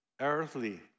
Earthly